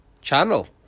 channel